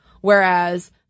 whereas